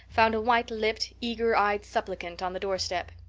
found a white-lipped eager-eyed suppliant on the doorstep.